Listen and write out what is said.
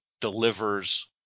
delivers